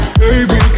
baby